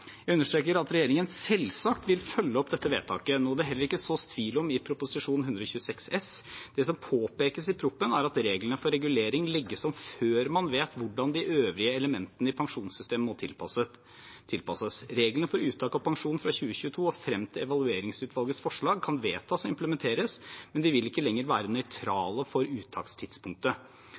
Jeg understreker at regjeringen selvsagt vil følge opp dette vedtaket, noe det heller ikke sås tvil om i Prop. 126 S. Det som påpekes i Prop. 126 S, er at reglene for regulering legges om før man vet hvordan de øvrige elementene i pensjonssystemet må tilpasses. Reglene for uttak av pensjon fra 2022 og frem til evalueringsutvalgets forslag kan vedtas og implementeres, men de vil ikke lenger være nøytrale for uttakstidspunktet.